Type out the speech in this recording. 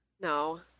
No